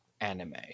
anime